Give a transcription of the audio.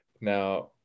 Now